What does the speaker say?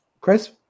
Chris